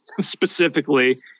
specifically